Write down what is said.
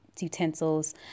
utensils